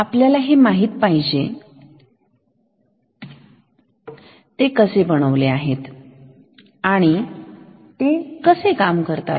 आपल्याला हे ही माहिती पाहिजे ते कसे बनवले आहेत आणि कसे काम करतात